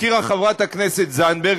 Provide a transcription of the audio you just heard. הזכירה חברת הכנסת זנדברג,